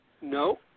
No